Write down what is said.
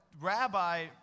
rabbi